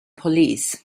police